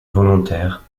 volontaire